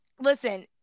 Listen